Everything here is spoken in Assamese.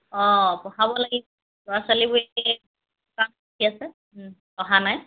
অঁ পঢ়াব ল'ৰা ছোৱালীবোৰ অহা নাই